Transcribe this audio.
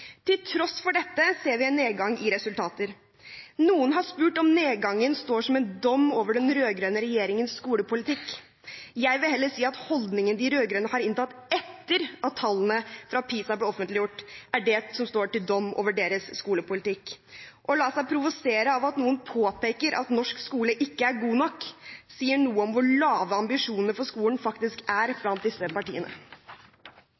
Til tross for dette ser vi en nedgang i resultater. Noen har spurt om nedgangen står som en dom over den rød-grønne regjeringens skolepolitikk. Jeg vil heller si at holdningen de rød-grønne har inntatt etter at tallene fra PISA ble offentliggjort, er det som står til dom over deres skolepolitikk. Å la seg provosere av at noen påpeker at norsk skole ikke er god nok, sier noe om hvor lave ambisjonene for skolen faktisk er